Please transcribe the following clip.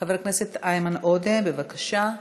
חבר הכנסת איימן עודה, בבקשה.